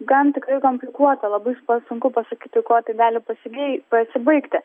gan tikrai komplikuota labai sunku pasakyti kuo tai gali pasigei pasibaigti